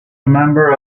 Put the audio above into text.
member